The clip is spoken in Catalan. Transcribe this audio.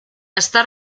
està